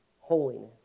holiness